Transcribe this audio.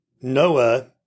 Noah